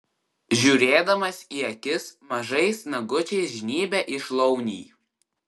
žiūrėdamas į akis mažais nagučiais žnybia į šlaunį